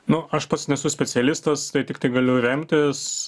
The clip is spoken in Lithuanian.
nu aš pats nesu specialistas tai tiktai galiu remtis